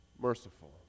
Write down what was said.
merciful